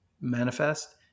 manifest